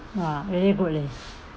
!wah! really good leh